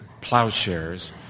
plowshares